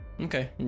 Okay